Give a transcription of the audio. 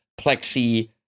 Plexi